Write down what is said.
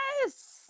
Yes